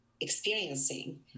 experiencing